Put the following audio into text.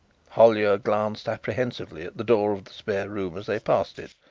hollyer glanced apprehensively at the door of the spare room as they passed it,